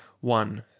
one